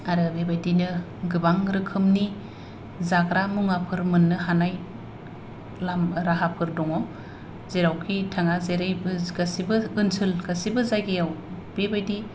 आरो बेबायदिनो गोबां रोखोमनि जाग्रा मुवाफोर मोननो हानाय राहाफोर दङ जेरावखि थाङा जेरैबो गासैबो ओनसोल गासैबो जायगायाव बेबायदि